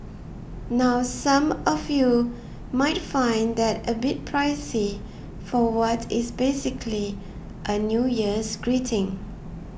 now some of you might find that a bit pricey for what is basically a New Year's greeting